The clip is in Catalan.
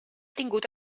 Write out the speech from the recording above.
tingut